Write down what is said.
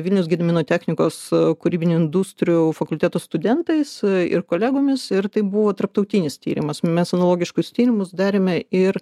vilniaus gedimino technikos kūrybinių industrijų fakulteto studentais ir kolegomis ir tai buvo tarptautinis tyrimas mes analogiškus tyrimus darėme ir